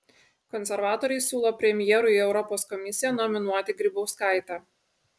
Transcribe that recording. konservatoriai siūlo premjerui į europos komisiją nominuoti grybauskaitę